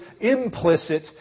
implicit